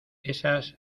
esas